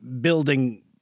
building